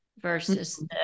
versus